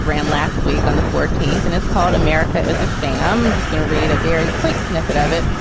ran last week on the fourteenth and it's called america as a sham. just going to read a very quick snippet of it.